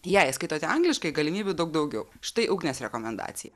jei skaitote angliškai galimybių daug daugiau štai ugnės rekomendacija